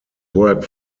work